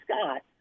Scott